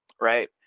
Right